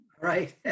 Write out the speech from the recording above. Right